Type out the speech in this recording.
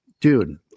dude